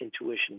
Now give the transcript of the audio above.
intuition